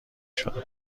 شده